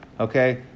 okay